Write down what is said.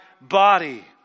body